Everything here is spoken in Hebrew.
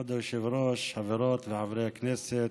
כבוד היושב-ראש, חברות וחברי הכנסת,